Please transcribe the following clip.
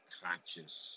conscious